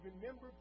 Remember